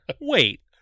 wait